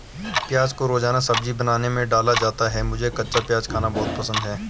प्याज को रोजाना सब्जी बनाने में डाला जाता है मुझे कच्चा प्याज खाना बहुत पसंद है